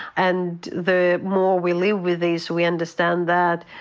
and the more we live with this, we understand that.